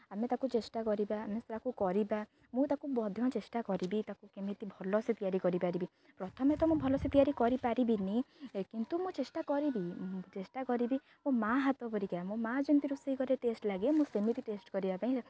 ଆମେ ତାକୁ ଚେଷ୍ଟା କରିବା ଆମେ ତାକୁ କରିବା ମୁଁ ତାକୁ ମଧ୍ୟ ଚେଷ୍ଟା କରିବି ତାକୁ କେମିତି ଭଲସେ ତିଆରି କରିପାରିବି ପ୍ରଥମେ ତ ମୁଁ ଭଲସେ ତିଆରି କରିପାରିବିନି କିନ୍ତୁ ମୁଁ ଚେଷ୍ଟା କରିବି ଚେଷ୍ଟା କରିବି ମୋ ମା' ହାତ ପରିକା ମୋ ମା' ଯେମିତି ରୋଷେଇ ଘରେ ଟେଷ୍ଟ୍ ଲାଗେ ମୁଁ ସେମିତି ଟେଷ୍ଟ୍ କରିବା ପାଇଁ